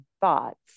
thoughts